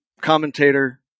commentator